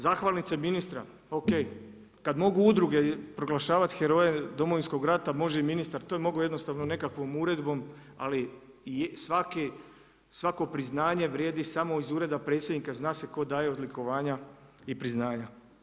Zahvalnica ministra OK, kada mogu udruge proglašavati heroje Domovinskog rata, može i ministar, to je mogao jednostavno nekakvom uredbom ali svako priznanje vrijedi samo iz Ureda predsjednika, zna se tko daje odlikovanja i priznanja.